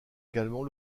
également